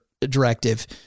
directive